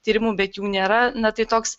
tyrimų bet jų nėra na tai toks